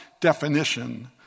definition